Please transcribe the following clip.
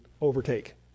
overtake